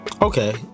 Okay